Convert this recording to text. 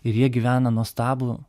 ir jie gyvena nuostabų